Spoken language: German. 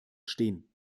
stehen